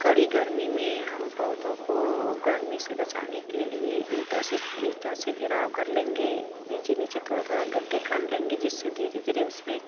कड़ी गर्मी में हम पौधों को गर्मी से बचाने के लिए ईटा से ईटा से घेराव कर लेंगे नीचे नीचे थोड़ा थोड़ा गड्ढ़े खान लेंगे जिससे धीरे धीरे उसमें